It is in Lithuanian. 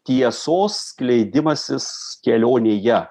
tiesos skleidimasis kelionėje